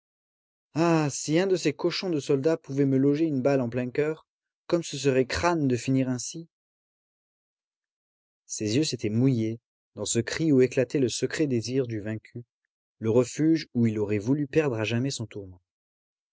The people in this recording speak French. ah si un de ces cochons de soldats pouvait me loger une balle en plein coeur comme ce serait crâne de finir ainsi ses yeux s'étaient mouillés dans ce cri où éclatait le secret désir du vaincu le refuge où il aurait voulu perdre à jamais son